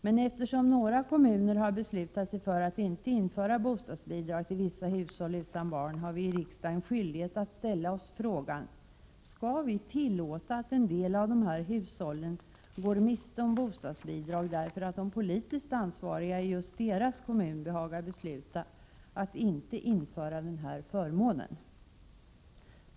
Men eftersom några kommuner har beslutat sig för att inte införa bostadsbidrag till vissa hushåll utan barn, har vi i riksdagen skyldighet att ställa oss frågan: Skall vi tillåta att en del av dessa hushåll går miste om bostadsbidrag, därför att de politiskt ansvariga i just deras kommun behagar besluta att inte införa den här förmånen?